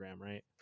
right